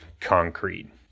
concrete